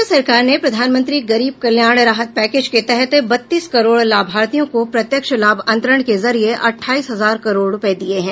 केंद्र सरकार ने प्रधानमंत्री गरीब कल्याण राहत पैकेज के तहत बत्तीस करोड़ लाभार्थियों को प्रत्यक्ष लाभ अंतरण के जरिए अठाईस हजार करोड़ रुपये दिए हैं